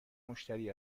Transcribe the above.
مشتری